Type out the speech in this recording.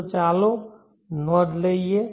તો ચાલો નોંધ લઈએ